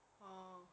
orh